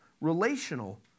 Relational